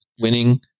winning